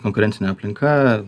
konkurencinė aplinka